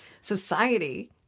society